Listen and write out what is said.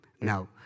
Now